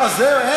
לא, זהו, אין.